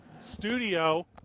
Studio